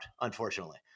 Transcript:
unfortunately